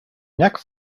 neck